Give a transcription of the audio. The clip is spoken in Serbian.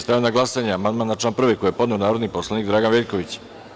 Stavljam na glasanje amandman na član 2. koji je podneo narodni poslanik Dragan Veljković.